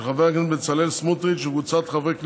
של חבר הכנסת בצלאל סמוטריץ וקבוצת חברי הכנסת,